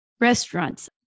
restaurants